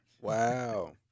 Wow